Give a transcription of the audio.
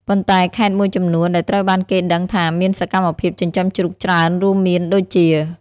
ប៉ុន្តែខេត្តមួយចំនួនដែលត្រូវបានគេដឹងថាមានសកម្មភាពចិញ្ចឹមជ្រូកច្រើនរួមមានដូចជា។